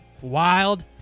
wild